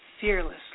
fearlessly